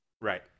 Right